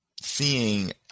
seeing